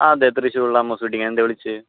ആ അതെ തൃശ്ശൂരുള്ള അമ്മൂസ് വെഡിങ്ങ് ആണ് എന്താണ് വിളിച്ചത്